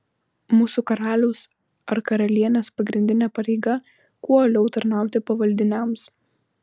mūsų karaliaus ar karalienės pagrindinė pareiga kuo uoliau tarnauti pavaldiniams